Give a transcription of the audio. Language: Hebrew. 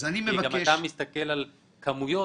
אתה מסתכל על כמויות,